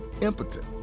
impotent